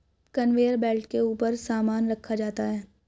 conveyor belt के ऊपर सामान रखा जाता है